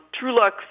Trulux